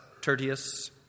Tertius